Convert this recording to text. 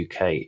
UK